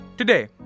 Today